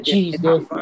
Jesus